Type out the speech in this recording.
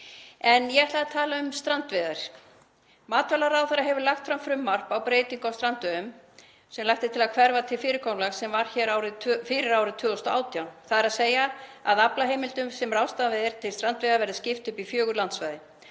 En ég ætlaði að tala um strandveiðar. Matvælaráðherra hefur lagt fram frumvarp um breytingu á strandveiðum þar sem lagt er til að hverfa til fyrirkomulags sem var hér fyrir árið 2018, þ.e. að aflaheimildum sem ráðstafað er til strandveiða verði skipt upp í fjögur landsvæði.